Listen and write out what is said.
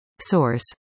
Source